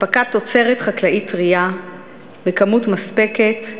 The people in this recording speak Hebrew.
אספקת תוצרת חקלאית טרייה בכמות מספקת,